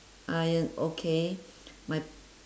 uh okay my